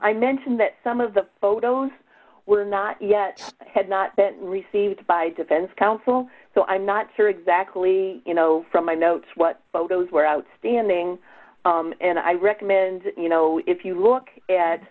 i mentioned that some of the photos were not yet had not been received by defense counsel so i'm not sure exactly you know from my notes what photos were outstanding and i recommend you know if you look at